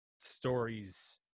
stories